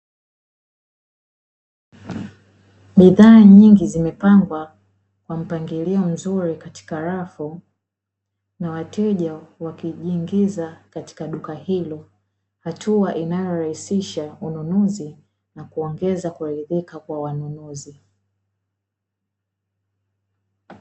Bidhaa nyingi zimepangwa kwa, mpangilio mzuri katika rafu na wateja wakijiingiza katika duka hilo, hatua inayo rahisisha ununuzi na kuongeza kuridhika kwa wanunuzi.